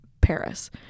Paris